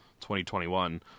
2021